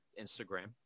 Instagram